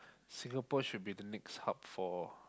Singapore should be the next hub for